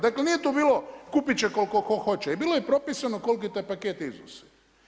Dakle nije to bilo kupit će tko koliko hoće, bilo je propisano koliko taj pakt iznosi.